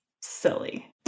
silly